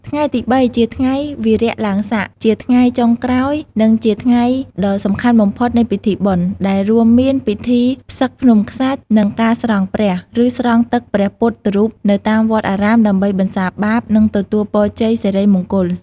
ថ្ងៃទី ៣ ជាថ្ងៃវារៈឡើងស័ក ជាថ្ងៃចុងក្រោយ និងជាថ្ងៃដ៏សំខាន់បំផុតនៃពិធីបុណ្យ ដែលរួមមានពិធី ផ្សឹកភ្នំខ្សាច់ និង ការស្រង់ព្រះ ឬស្រង់ទឹកព្រះពុទ្ធរូបនៅតាមវត្តអារាម ដើម្បីបន្សាបបាប និងទទួលពរជ័យសិរីមង្គល។